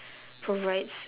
provides